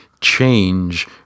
change